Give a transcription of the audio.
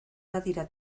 badira